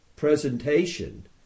Presentation